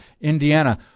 Indiana